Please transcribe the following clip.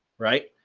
right?